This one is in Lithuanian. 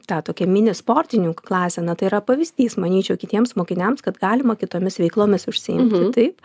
ta tokia mini sportininkų klasė na tai yra pavyzdys manyčiau kitiems mokiniams kad galima kitomis veiklomis užsiimti taip